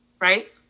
right